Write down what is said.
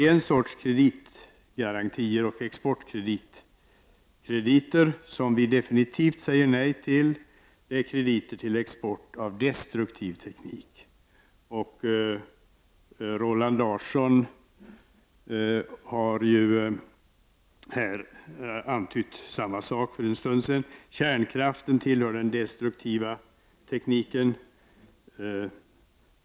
En sorts kreditgarantier och exportkrediter som vi definitivt säger nej till är krediter till export av destruktiv teknik. Roland Larsson har här antytt samma inriktning för en stund sedan. Kärnkraften är en sådan destruktiv teknik.